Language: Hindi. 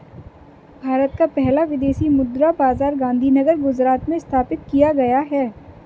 भारत का पहला विदेशी मुद्रा बाजार गांधीनगर गुजरात में स्थापित किया गया है